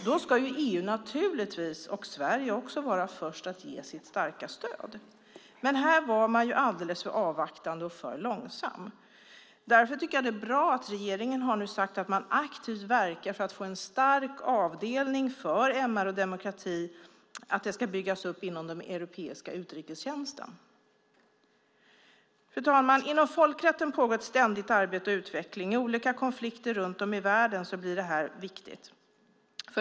Då ska EU naturligtvis, och Sverige, vara först med att ge sitt starka stöd. Men här var man alldeles för avvaktande och för långsam. Därför tycker jag att det är bra att regeringen nu har sagt att man aktivt verkar för att en stark avdelning för MR och demokrati ska byggas upp inom den europeiska utrikestjänsten. Fru talman! Inom folkrätten pågår ett ständigt arbete och utveckling. I olika konflikter runt om i världen blir detta viktigt.